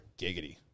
Giggity